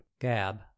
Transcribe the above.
gab